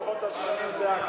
מי ששינה את לוחות הזמנים זה אתם,